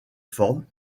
formes